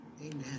Amen